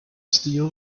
steel